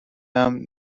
امن